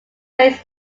race